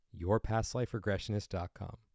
yourpastliferegressionist.com